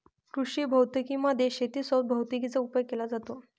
कृषी भौतिकी मध्ये शेती सोबत भैतिकीचा उपयोग केला जातो